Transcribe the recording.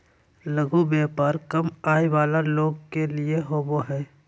लघु व्यापार कम आय वला लोग के लिए होबो हइ